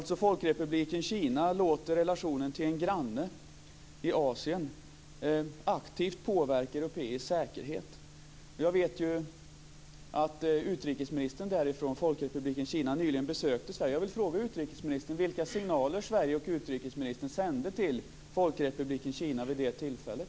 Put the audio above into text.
Folkrepubliken Kina låter alltså relationen till en granne i Asien aktivt påverka europeisk säkerhet. Jag vet ju att utrikesministern från Folkrepubliken Kina nyligen besökte Sverige och utrikesministern sände till Folkrepubliken Kina vid det tillfället.